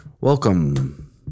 welcome